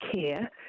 care